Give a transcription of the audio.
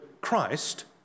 Christ